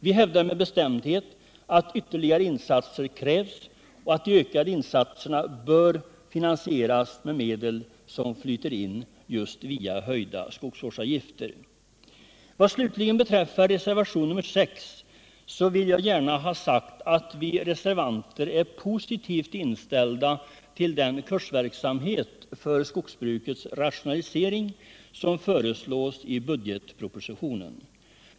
Vi hävdar med bestämdhet att ytterligare insatser krävs och att de ökade insatserna bör finansieras med medel som flyter in just via höjda skogsvårdsavgifter. Vad slutligen beträffar reservationen 6 vill jag gärna ha sagt att vi reservanter är positivt inställda till den kursverksamhet för skogsbrukets rationalisering som föreslås i budgetpropositionen.